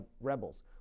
rebels